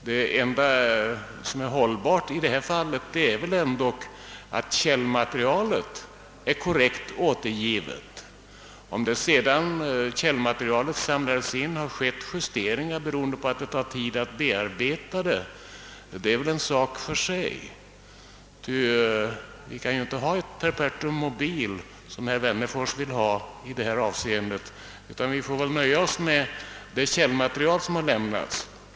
Det enda som är hållbart i detta fall är att källmaterialet är korrekt återgivet. Om det sedan källmaterialet samlats in skett prisjusteringar, beroende på att det tar tid att bearbeta det, är väl en sak i och för sig. Vi kan nämligen inte ha ett perpetuum mobile, som herr Wennerfors vill ha i detta avseende, utan vi får väl nöja oss med det källmaterial som har lämnats.